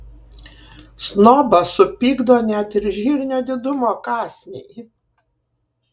snobą supykdo net ir žirnio didumo kąsniai